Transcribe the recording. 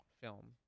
film